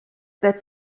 that